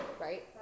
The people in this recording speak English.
right